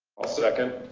i'll second.